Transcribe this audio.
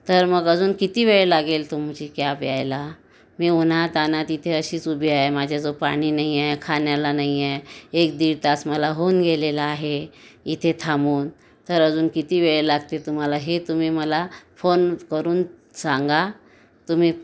तर मग अजून किती वेळ लागेल तुमची कॅब यायला मी उन्हातान्हात इथे अशीच उभी आहे माझ्याजवळ पाणी नाही आहे खाण्याला नाही आहे एक दीड तास मला होऊन गेलेला आहे इथे थांबून तर अजून किती वेळ लागतील तुम्हाला हे तुम्ही मला फोन करून सांगा तुम्ही